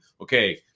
okay